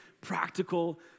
practical